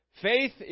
Faith